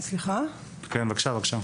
צחי, אני כתבתי את המכתב.